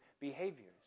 behaviors